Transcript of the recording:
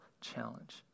challenge